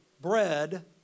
bread